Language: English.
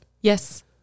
Yes